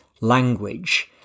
language